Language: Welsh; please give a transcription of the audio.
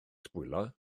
sbwylio